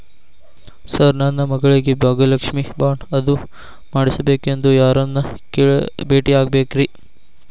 Sir ನನ್ನ ಮಗಳಿಗೆ Bhagyalakshmi bond ಅದು ಮಾಡಿಸಬೇಕೆಂದು ಯಾರನ್ನ ಭೇಟಿಯಾಗಬೇಕ್ರಿ?